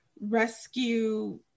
rescue